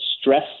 stress